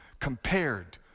compared